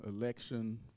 election